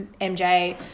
MJ